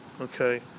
okay